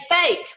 fake